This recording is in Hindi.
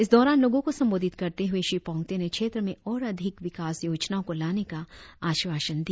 इस दौरान लोगों को संबोधित करते हुए श्री पोंगते ने क्षेत्र में और अधिक विकास योजनाओं को लाने का आश्वासन दिया